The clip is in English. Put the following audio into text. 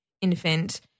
infant